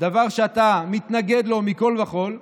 דבר שאתה מתנגד לו מכול וכול,